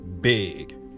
big